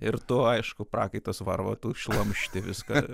ir tu aišku prakaitas varva tu šlamšti viską